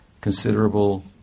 considerable